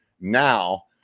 Now